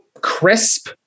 crisp